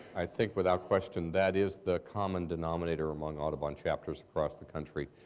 i think without question, that is the common denominator among audubon chapters across the country.